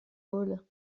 gaule